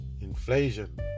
inflation